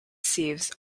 sieves